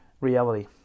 reality